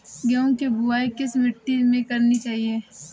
गेहूँ की बुवाई किस मिट्टी में करनी चाहिए?